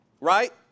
Right